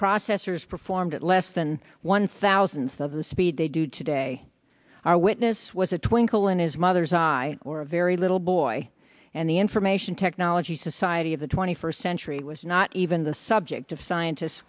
processors performed at less than one thousandth of the speed they do today our way this was a twinkle in his mother's eye or a very little boy and the information technology society of the twenty first century was not even the subject of scientists